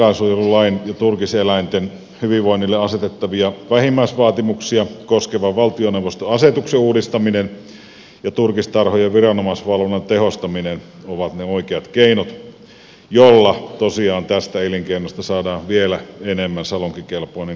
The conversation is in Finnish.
eläinsuojelulain ja turkiseläinten hyvinvoinnille asetettavia vähimmäisvaatimuksia koskevan valtioneuvoston asetuksen uudistaminen ja turkistarhojen viranomaisvalvonnan tehostaminen ovat ne oikeat keinot joilla tosiaan tästä elinkeinosta saadaan vielä enemmän salonkikelpoinen kuin se nyt on